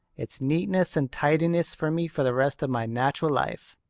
it's neatness and tidiness for me for the rest of my natural life,